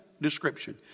description